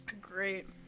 Great